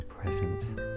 present